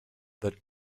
that